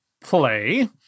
play